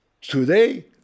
today